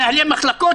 מנהלי מחלקות,